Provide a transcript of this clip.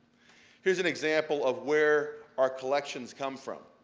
here's an example of where our collections come from,